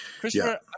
Christopher